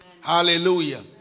Hallelujah